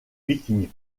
vikings